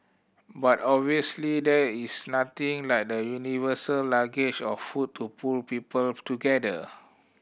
but obviously there is nothing like the universal language of food to pull people together